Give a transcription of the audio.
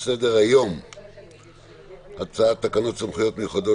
על סדר-היום הצעת תקנות סמכויות מיוחדות